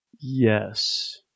Yes